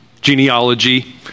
genealogy